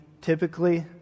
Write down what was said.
typically